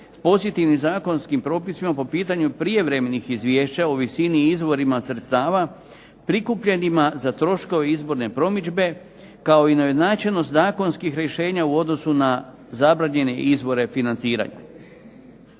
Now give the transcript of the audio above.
pozitivnim zakonskim propisima po pitanju prijevremenih izvješća u visini i izvorima sredstvima prikupljenima za troškove izborne promidžbe, kao i neujednačenost zakonskih rješenja u odnosu na zabranjene izvore financiranja.